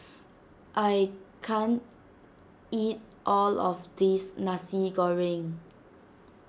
I can't eat all of this Nasi Goreng